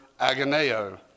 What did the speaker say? Aganeo